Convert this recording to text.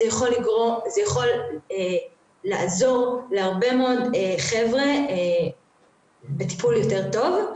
זה יכול לעזור להרבה מאוד חבר'ה בטיפול יותר טוב.